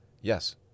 Yes